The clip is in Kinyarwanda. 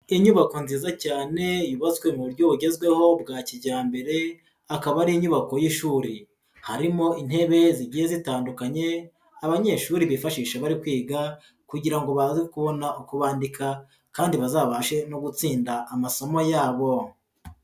Inyubako nziza cyane, yubatswe mu buryo bugezweho bwa kijyambere, akaba ari inyubako y'ishuri. Harimo intebe zigiye zitandukanye, abanyeshuri bifashisha bari kwiga, kugira ngo baze kubona ukobandika, kandi bazabashe no gutsinda amasomo yabo.